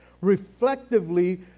reflectively